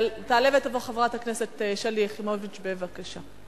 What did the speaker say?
תעלה ותבוא חברת הכנסת שלי יחימוביץ, בבקשה.